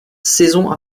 saison